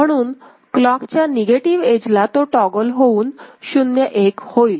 म्हणून क्लॉकच्या निगेटिव्ह एजला तो टॉगल होऊन 0 1 होईल